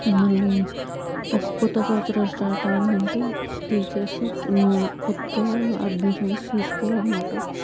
మళ్ళీ ఒక కొత్త సంవత్సరం స్టార్ట్ అయింది అంటే టీచర్సు న్యూ కొత్తగా అడ్మిషన్స్ తీసుకోవాలి అన్నమాట